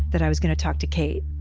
that i was gonna talk to kate.